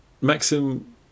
Maxim